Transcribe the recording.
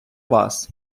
вас